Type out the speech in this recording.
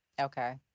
Okay